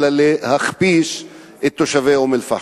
אלא להכפשת תושבי אום-אל-פחם.